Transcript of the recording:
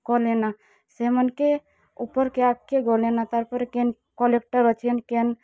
ଗଲେ ନ ସେମାନ୍କେ ଉପର୍କେ ଆଗ୍କେ ଗଲେ ନ ତା'ର୍ପରେ କେନ୍ କଲେକ୍ଟର୍ ଅଛେ କେନ୍